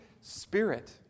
Spirit